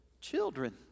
children